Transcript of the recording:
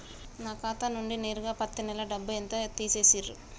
నా ఖాతా నుండి నేరుగా పత్తి నెల డబ్బు ఎంత తీసేశిర్రు?